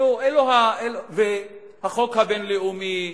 והחוק הבין-לאומי,